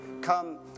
come